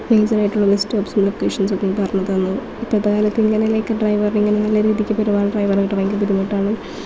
major ആയിട്ടുള്ള bus സ്റ്റോപ്സും locations ഒക്കെ പറഞ്ഞ് തന്നു ഇപ്പോഴത്തെക്കാലത്ത് ഇങ്ങനെ ഒക്കെ ഡ്രൈവർ ഇങ്ങനെ നല്ല രീതിക്ക് പെരുമാറുന്ന ഡ്രൈവറെ കിട്ടണമെങ്കിൽ ബുദ്ധിമുട്ടാണ്